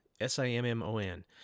S-I-M-M-O-N